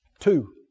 Two